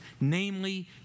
namely